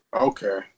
Okay